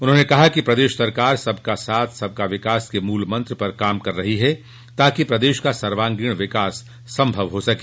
उन्होंने कहा कि प्रदेश सरकार सबका साथ सबका विकास के मूल मंत्र पर काम कर रही है ताकि प्रदेश का सर्वांगीण विकास संभव हो सके